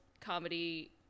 comedy